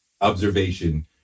observation